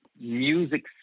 music